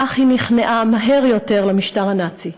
כך היא נכנעה מהר יותר למשטר הנאצי.